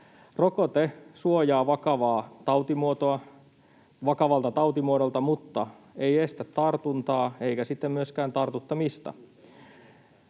Rokote suojaa vakavalta tautimuodolta mutta ei estä tartuntaa eikä myöskään tartuttamista.